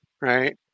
right